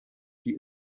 die